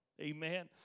amen